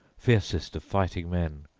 fiercest of fighting-men,